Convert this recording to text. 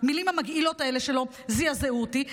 והמילים המגעילות האלה שלו זעזעו אותי,